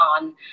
on